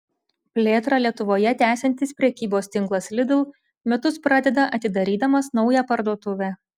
plėtrą lietuvoje tęsiantis prekybos tinklas lidl metus pradeda atidarydamas naują parduotuvę